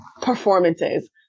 performances